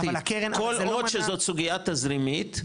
כל עוד שזאת סוגייה תזרימית,